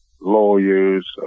Lawyers